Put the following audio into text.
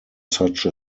such